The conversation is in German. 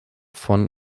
von